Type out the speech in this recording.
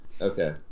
Okay